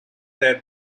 their